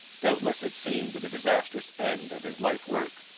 doubtless it seemed the disastrous end of his life-work,